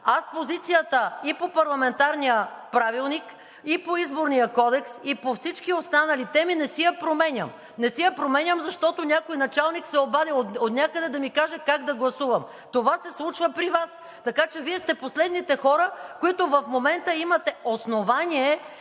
аз позицията и по Парламентарния правилник, и по Изборния кодекс, и по всички останали теми, не си я променям. Не си я променям, защото някой началник се обадил отнякъде да ми каже как да гласувам. Това се случва при Вас. Така че Вие сте последните хора, които в момента имате основание